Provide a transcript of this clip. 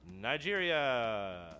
nigeria